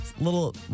little